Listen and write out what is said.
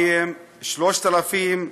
2000, 3000,